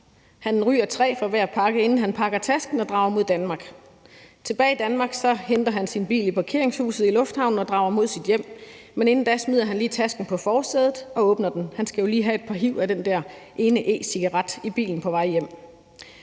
Han ryger tre fra hver pakke, inden han pakker tasken og drager mod Danmark. Tilbage i Danmark henter han sin bil i parkeringshuset i lufthavnen og drager mod sit hjem, men inden da smider han lige tasken på forsædet og åbner den. Han skal jo lige have et par hiv af den der ene e-cigaret i bilen på vej hjem.